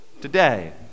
today